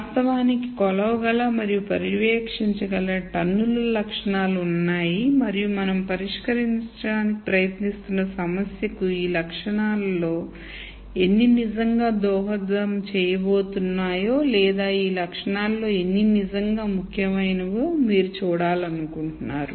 వాస్తవానికి కొలవ గల మరియు పర్యవేక్షించగల టన్నుల లక్షణాలుఉన్నాయి మరియు మనం పరిష్కరించడానికి ప్రయత్నిస్తున్న సమస్యకు ఈ లక్షణాలలో ఎన్ని నిజంగా దోహదం చేయబోతున్నాయో లేదా ఈ లక్షణాలలో ఎన్ని నిజంగా ముఖ్యమైనవో మీరు చూడాలనుకుంటున్నారు